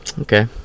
Okay